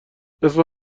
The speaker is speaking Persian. اسم